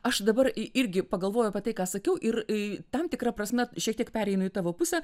aš dabar i irgi pagalvojau apie tai ką sakiau ir i tam tikra prasme šiek tiek pereina į tavo pusę